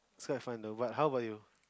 so I find the what how about you